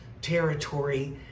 territory